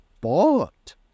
bought